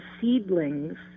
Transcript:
seedlings